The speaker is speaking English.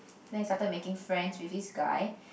then he started making friends with this guy